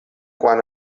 quan